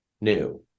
new